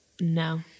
No